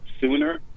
sooner